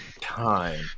time